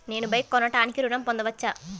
నేను బైక్ కొనటానికి ఋణం పొందవచ్చా?